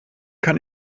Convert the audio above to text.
kann